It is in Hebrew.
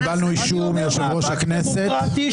קיבלנו אישור מיושב-ראש הכנסת -- אני אומר מאבק דמוקרטי,